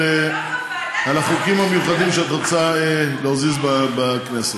החוקים המיוחדים שאת רוצה להזיז בכנסת.